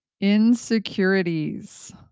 Insecurities